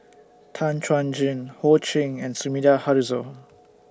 Tan Chuan Jin Ho Ching and Sumida Haruzo